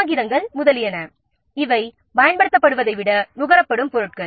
காகிதங்கள் முதலியன பயன்படுத்தப்படுவதை விட நுகரப்படும் பொருட்கள்